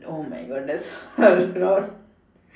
oh my God that's a lot